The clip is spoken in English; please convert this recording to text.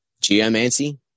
geomancy